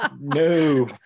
no